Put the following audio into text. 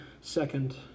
second